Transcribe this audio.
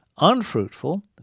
unfruitful